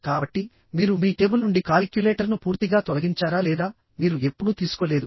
కాబట్టి మీరు మీ టేబుల్ నుండి కాలిక్యులేటర్ను పూర్తిగా తొలగించారా లేదా మీరు ఎప్పుడూ తీసుకోలేదు